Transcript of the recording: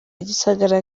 gisagara